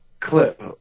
clip